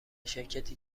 شرکتی